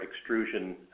extrusion